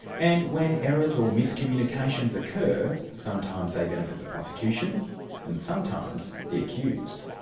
and when errors or miscommunications occur, sometimes they benefit the prosecution and sometimes the accused.